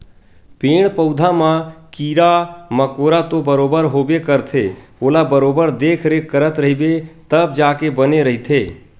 पेड़ पउधा म कीरा मकोरा तो बरोबर होबे करथे ओला बरोबर देखरेख करत रहिबे तब जाके बने रहिथे